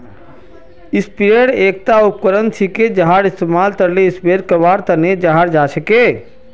sprayer एकता उपकरण छिके जहार इस्तमाल तरल स्प्रे करवार तने कराल जा छेक